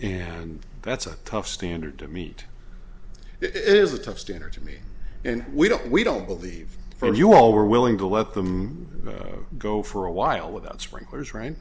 and that's a tough standard to meet it is a tough standard to me and we don't we don't believe for you all were willing to let them go for a while without sprinklers right